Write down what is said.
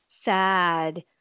sad